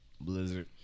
Blizzard